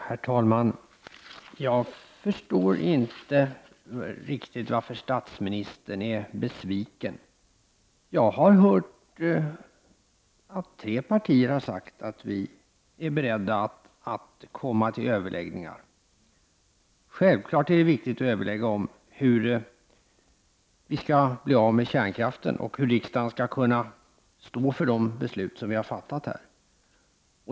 Herr talman! Jag förstår inte riktigt varför statsministern är besviken. Jag har hört att företrädare för tre partier har sagt sig vara beredda att komma till överläggningar. Självklart är det viktigt att överlägga om hur vi skall bli av med kärnkraften och hur riksdagen skall kunna stå för de beslut som fattats.